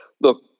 look